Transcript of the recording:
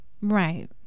right